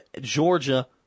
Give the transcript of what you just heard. Georgia